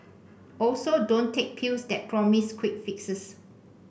also don't take pills that promise quick fixes